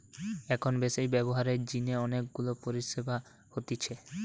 এখন বেশি ব্যবহারের জিনে অনেক গুলা পরিষেবা হতিছে